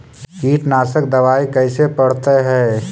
कीटनाशक दबाइ कैसे पड़तै है?